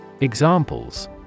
Examples